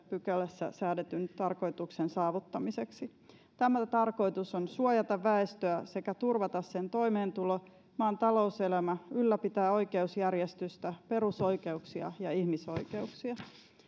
pykälässä säädetyn tarkoituksen saavuttamiseksi tämä tarkoitus on suojata väestöä sekä turvata sen toimeentulo ja maan talouselämä sekä ylläpitää oikeusjärjestystä perusoikeuksia ja ihmisoikeuksia